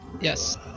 Yes